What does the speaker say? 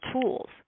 tools